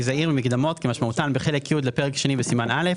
זעיר ממקדמות כמשמעותן בחלק י' לפרק שני בסימן א',